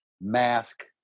mask